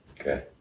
Okay